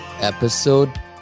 episode